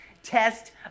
test